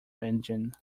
engine